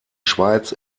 schweiz